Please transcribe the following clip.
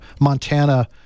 Montana